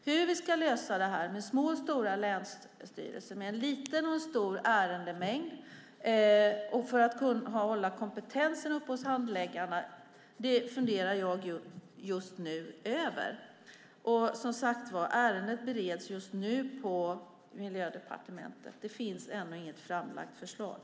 Hur vi ska lösa detta med små och stora länsstyrelser med en liten respektive stor ärendemängd och hålla kompetensen uppe hos handläggarna funderar jag just nu över. Som sagt bereds ärendet just nu på Miljödepartementet. Det finns ännu inget framlagt förslag.